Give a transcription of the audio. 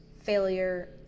failure